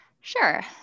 Sure